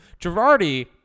Girardi